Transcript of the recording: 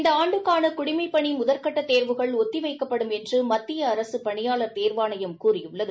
இந்த ஆண்டுக்கான குடிமை பணி முதல் கட்ட தேர்வுகள் ஒத்திவைக்கப்படும் என்று மத்திய அரசு பணியாளர் தேர்வாணையம் கூறியுள்ளது